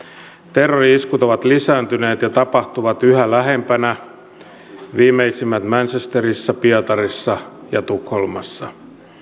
terrori iskut ovat lisääntyneet ja tapahtuvat yhä lähempänä viimeisimmät manchesterissa pietarissa ja tukholmassa